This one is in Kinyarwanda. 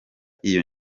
iyo